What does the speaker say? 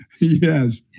Yes